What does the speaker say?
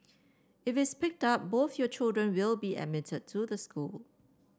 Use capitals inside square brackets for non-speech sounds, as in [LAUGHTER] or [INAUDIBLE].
it [UNINTELLIGIBLE] picked up both your children will be admitted to the school